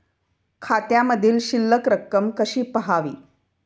खात्यामधील शिल्लक रक्कम कशी पहावी?